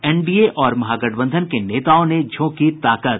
NDA और महागठबंधन के नेताओं ने झोंकी ताकत